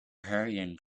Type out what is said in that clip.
hurrying